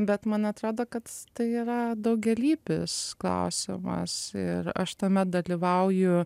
bet man atrodo kad tai yra daugialypis klausimas ir aš tame dalyvauju